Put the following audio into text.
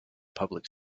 public